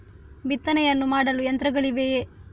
ಬಿತ್ತನೆಯನ್ನು ಮಾಡಲು ಯಂತ್ರಗಳಿವೆಯೇ?